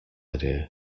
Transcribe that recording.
idea